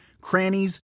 crannies